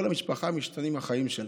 כל המשפחה, משתנים החיים שלה,